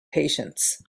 patience